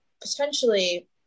potentially